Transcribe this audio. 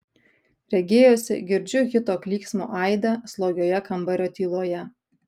regėjosi girdžiu hito klyksmo aidą slogioje kambario tyloje